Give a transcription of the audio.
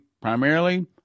primarily